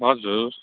हजुर